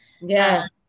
Yes